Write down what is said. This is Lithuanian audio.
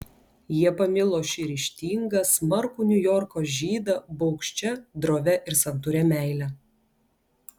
jie pamilo šį ryžtingą smarkų niujorko žydą baugščia drovia ir santūria meile